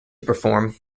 perform